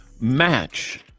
match